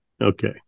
Okay